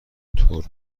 ترمز